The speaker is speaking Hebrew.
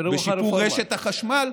בשיפור רשת החשמל,